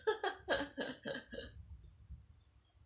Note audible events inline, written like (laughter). (laughs)